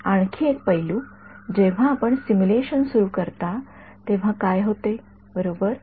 आणखी एक पैलू जेव्हा आपण सिम्युलेशन सुरू करता तेव्हा काय होते बरोबर